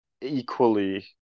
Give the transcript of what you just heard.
equally